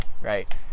right